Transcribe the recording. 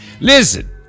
Listen